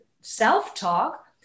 self-talk